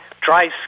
dry